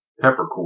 peppercorn